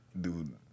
Dude